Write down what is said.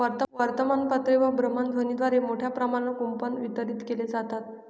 वर्तमानपत्रे व भ्रमणध्वनीद्वारे मोठ्या प्रमाणावर कूपन वितरित केले जातात